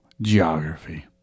Geography